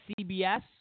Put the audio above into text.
CBS